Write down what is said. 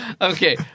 Okay